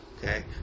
Okay